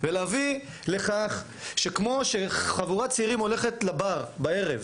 ולהביא לכך שכמו שחבורת צעירים הולכת לבר בערב,